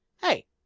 hey